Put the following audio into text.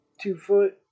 two-foot